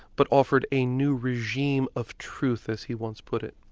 but offered a new regime of truth, as he once put it.